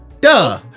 Duh